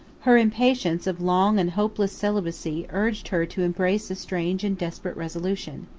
her impatience of long and hopeless celibacy urged her to embrace a strange and desperate resolution.